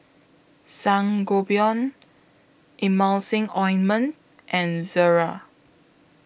Sangobion Emulsying Ointment and Ezerra